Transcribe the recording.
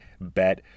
Bet